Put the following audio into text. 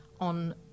on